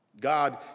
God